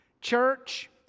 church